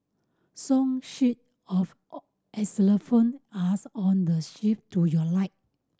song sheet of xylophone are on the to your right